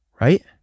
right